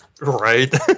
Right